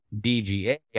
DGA